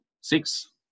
six